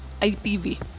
IPV